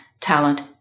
talent